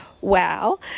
wow